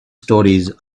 stories